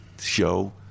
show